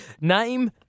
Name